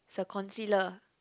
is a concealer